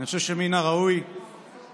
אני חושב שמן הראוי לפחות,